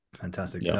Fantastic